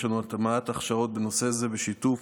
יש לנו הטמעת הכשרות בנושא זה בשיתוף